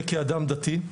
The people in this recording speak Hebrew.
וכאדם דתי.